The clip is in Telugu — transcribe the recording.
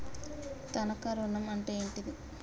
తనఖా ఋణం అంటే ఏంటిది?